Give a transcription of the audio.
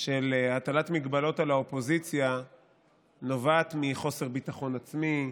של הטלת הגבלות על האופוזיציה נובעת מחוסר ביטחון עצמי,